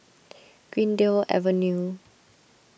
Greendale Avenue